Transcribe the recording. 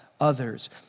Others